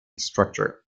structure